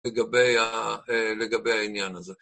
לגבי העניין הזה.